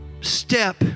step